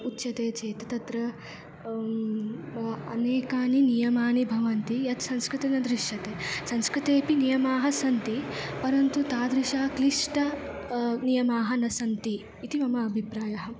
उच्यते चेत् तत्र अनेकानि नियमानि भवन्ति यत् संस्कृतं न दृश्यते संस्कृतेऽपि नियमाः सन्ति परन्तु तादृशाः क्लिष्टाः नियमाः न सन्ति इति मम अभिप्रायः